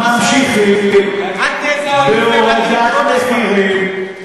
אנחנו ממשיכים בהורדת מחירים,